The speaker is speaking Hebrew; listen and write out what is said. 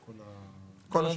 לכל השנה.